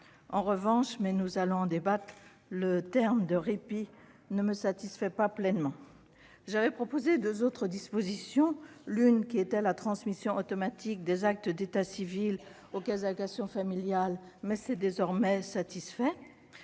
En revanche, et nous allons en débattre, le terme de « répit » ne me satisfait pas pleinement. J'avais proposé deux autres dispositions : la première, à savoir la transmission automatique des actes d'état civil aux caisses d'allocations familiales est désormais satisfaite